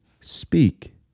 speak